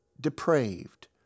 depraved